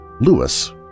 Lewis